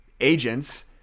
agents –